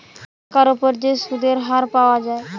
বাৎসরিক টাকার উপর যে সুধের হার পাওয়া যায়